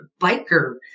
Biker